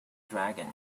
dragon